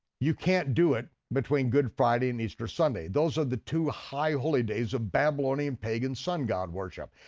you can't do it between good friday and easter sunday. those are the two high holy days of babylonian pagan sun god worship,